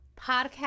podcast